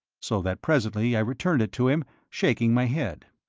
so that presently i returned it to him, shaking my head.